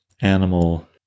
animal